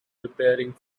preparing